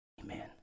Amen